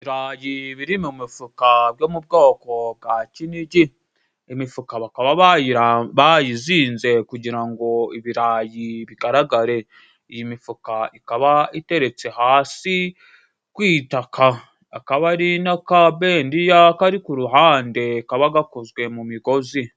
Ibirayi biri mu mifuka byo mu bwoko bwa kinigi. Imifuka bakaba bayira bayizinze kugira ngo ibirayi bigaragare. Iyi mifuka ikaba iteretse hasi ku itaka, akaba ari n'aka bendiya kari ku ruhande kaba gakozwe mu migozi.